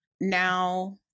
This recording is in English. now